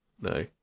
No